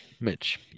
Mitch